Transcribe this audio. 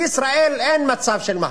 בישראל אין מצב של מהפכה.